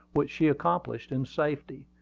which she accomplished in safety.